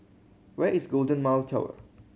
where is Golden Mile Tower